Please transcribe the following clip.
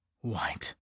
white